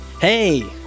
Hey